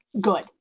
good